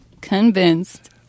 convinced